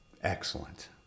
Excellent